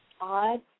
odd